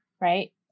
right